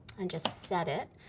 and just set it,